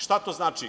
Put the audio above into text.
Šta to znači?